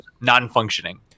non-functioning